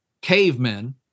cavemen